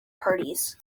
parties